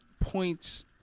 points